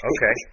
Okay